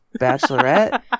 bachelorette